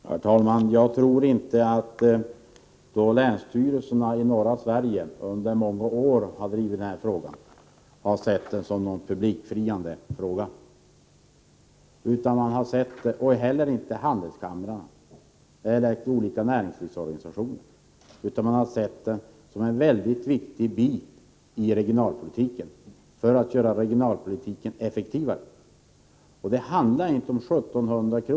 Herr talman! Jag tror inte att länsstyrelserna i norra Sverige då de under många år har drivit denna fråga har sett den som någonting publikfriande, och det har heller inte handelskamrarna eller de olika näringslivsorganisationerna gjort. Man har sett den som en väldigt viktig del av regionalpolitiken för att göra denna effektivare. Det handlar inte om 1700 kr.